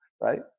right